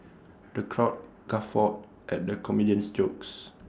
the crowd guffawed at the comedian's jokes